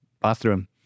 bathroom